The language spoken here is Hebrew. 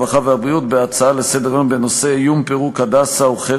הרווחה והבריאות בנושא: האיום של פירוק "הדסה" הוא הנפת